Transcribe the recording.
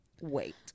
wait